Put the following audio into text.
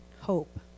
hope